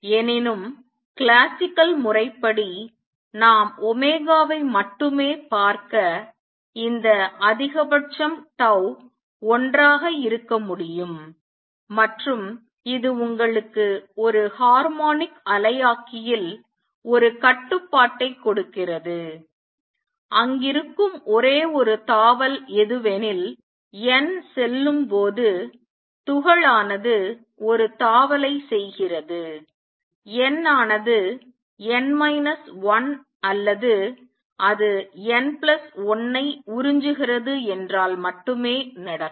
எனினும் கிளாசிக்கல் முறைப்படி நாம் ஒமேகாவை மட்டுமே பார்க்க இந்த அதிகபட்சம் tau ஒன்றாக இருக்க முடியும் மற்றும் இது உங்களுக்கு ஒரு ஹார்மோனிக் அலையாக்கியில் ஒரு கட்டுப்பாட்டை கொடுக்கிறது அங்கிருக்கும் ஒரே ஒரு தாவல் எதுவெனில் n செல்லும்போது துகள் ஆனது ஒரு தாவலை செய்கிறது n ஆனது n மைனஸ் 1 அல்லது அது n பிளஸ் 1 ஐ உறிஞ்சுகிறது என்றால் மட்டுமே நடக்கும்